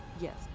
Yes